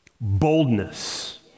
Boldness